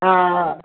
हा